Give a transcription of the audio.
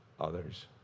others